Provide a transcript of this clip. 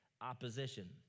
opposition